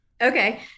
Okay